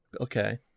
okay